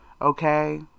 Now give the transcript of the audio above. okay